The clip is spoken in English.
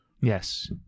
Yes